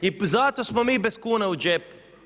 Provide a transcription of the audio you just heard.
I zato smo vi bez kuna u džepu.